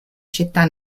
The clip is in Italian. città